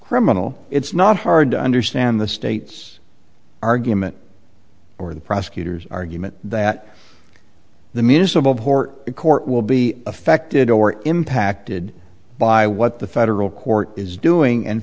criminal it's not hard to understand the state's argument or the prosecutor's argument that the municipal court the court will be affected or impacted by what the federal court is doing and